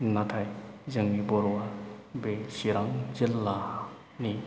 नाथाय जोंनि बर'आ बे चिरां जिल्लानि